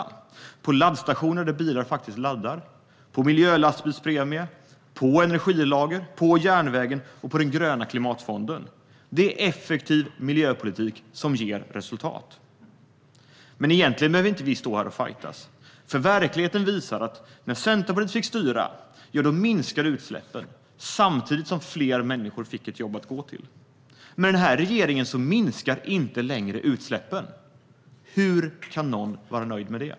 Vi lägger pengar på laddstationer där bilar faktiskt laddar, på miljölastbilspremier, på energilager, på järnvägen och på den gröna klimatfonden. Det är effektiv miljöpolitik som ger resultat. Men egentligen behöver vi inte stå här och fajtas. Verkligheten visar nämligen att när Centerpartiet fick styra minskade utsläppen, samtidigt som fler människor fick ett jobb att gå till. Med den här regeringen minskar inte längre utsläppen. Hur kan någon vara nöjd med det?